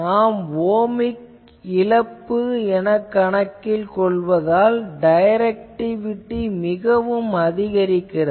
நாம் ஒமிக் இழப்பு கணக்கில் கொள்வதால் டைரக்டிவிட்டி மிகவும் அதிகரிக்கிறது